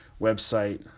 website